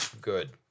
Good